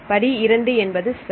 படி 2 என்பது சரி